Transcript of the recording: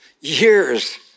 years